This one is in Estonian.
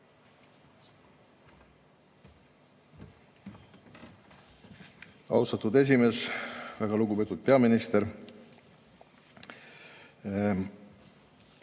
Austatud esimees! Väga lugupeetud peaminister!